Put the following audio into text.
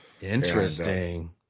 Interesting